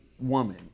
woman